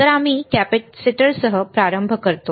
तर आम्ही कॅपेसिटरसह प्रारंभ करतो